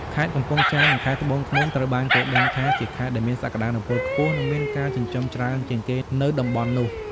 ខេត្តកំពង់ចាម និង ខេត្តត្បូងឃ្មុំ ត្រូវបានគេដឹងថា ជាខេត្តដែលមានសក្តានុពលខ្ពស់និងមានការចិញ្ចឹមច្រើនជាងគេនៅតំបន់នោះ។